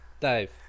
Dave